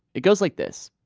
it goes like this.